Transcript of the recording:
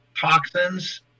toxins